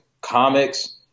comics